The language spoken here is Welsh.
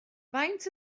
faint